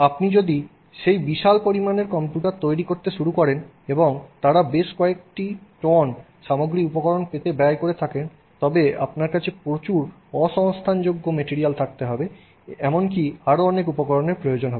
আপনি যদি সেই বিশাল পরিমাণের কম্পিউটার তৈরি করতে শুরু করেন এবং তারা বেশ কয়েকটি টন সামগ্রী উপকরণ পেতে ব্যয় করে থাকেন তবে আপনার কাছে প্রচুর অসংস্থানযোগ্য মেটিরিয়াল থাকতে হবে এমনকি আরো অনেক উপকরণের প্রয়োজন হবে